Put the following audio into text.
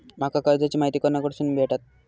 माका कर्जाची माहिती कोणाकडसून भेटात?